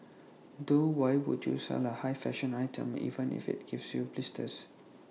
though why would you sell A high fashion item even if IT gives you blisters